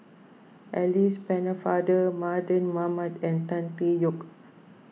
Alice Pennefather Mardan Mamat and Tan Tee Yoke